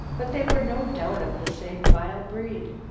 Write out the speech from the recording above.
but they were no doubt of the same vile breed.